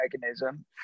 mechanism